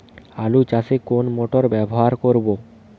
আলু চাষে কোন মোটর ব্যবহার করব?